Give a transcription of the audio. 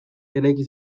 eraiki